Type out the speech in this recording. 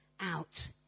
out